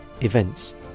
Events